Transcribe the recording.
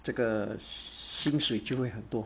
这个薪水就会很多